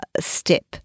step